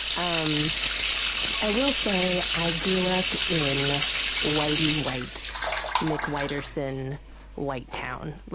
um i will say, i grew up in whitey-white mcwhiterson whitetown.